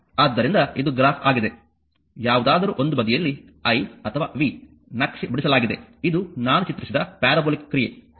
ಆದ್ದರಿಂದ ಇದು ಗ್ರಾಫ್ ಆಗಿದೆ ಯಾವುದಾದರೂ ಒಂದು ಬದಿಯಲ್ಲಿ i ಅಥವಾ v ನಕ್ಷೆ ಬಿಡಿಸಲಾಗಿದೆ ಇದು ನಾನು ಚಿತ್ರಿಸಿದ ಪ್ಯಾರಾಬೋಲಿಕ್ ಕ್ರಿಯೆ ಸರಿ